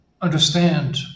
understand